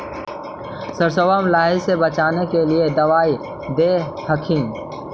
सरसोबा मे लाहि से बाचबे ले कौन दबइया दे हखिन?